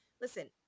listen